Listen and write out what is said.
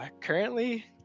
currently